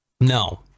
No